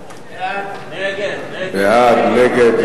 ההצעה להסיר מסדר-היום את הצעת חוק